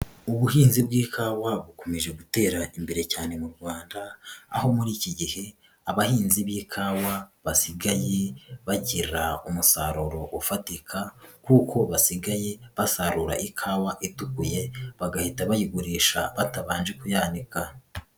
Ubuhinzi bw'ikawa bukomeje gutera imbere cyane mu Rwanda aho muri iki gihe abahinzi b'ikawa basigaye bagira umusaruro ufatika kuko basigaye basarura ikawa itukuye bagahita bayigurisha batabanje kuyanika.